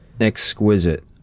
Exquisite